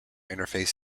interface